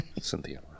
Cynthia